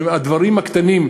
אני אומר: הדברים הקטנים,